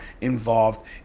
involved